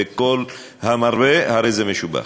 וכל המרבה הרי זה משובח.